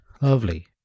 Lovely